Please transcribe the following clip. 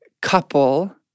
couple